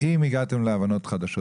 אם הגעתם להבנות חדשות,